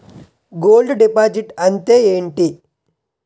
Gold deposit అంతే ఎంటి?